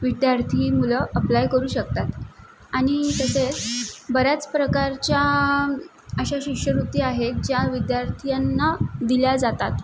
विद्यार्थी मुलं अप्लाय करू शकतात आणि तसेच बऱ्याच प्रकारच्या अशा शिष्यवृत्ती आहेत ज्या विद्यार्थ्यांना दिल्या जातात